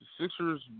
Sixers